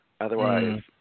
otherwise